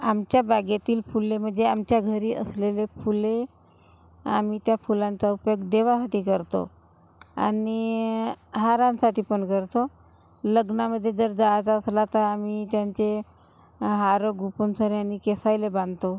आमच्या बागेतील फुले म्हणजे आमच्या घरी असलेले फुले आम्ही त्या फुलांचा उपयोग देवासाठी करतो आणि हारांसाठी पण करतो लग्नामध्ये जर जायचं असलं तर आम्ही त्यांचे हार गुंफून सगळ्यांना केसायले बांधतो